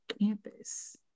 campus